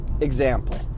Example